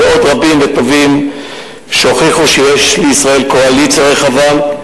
ועוד רבים וטובים שהוכיחו שיש לישראל קואליציה רחבה יותר